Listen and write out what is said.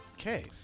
Okay